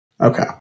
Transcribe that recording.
Okay